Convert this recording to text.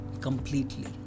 completely